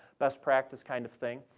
best practice kind of thing.